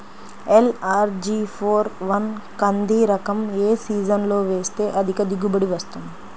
LRG four one కంది రకం ఏ సీజన్లో వేస్తె అధిక దిగుబడి వస్తుంది?